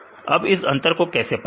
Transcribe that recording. अब इस अंतर को कैसे प्राप्त करें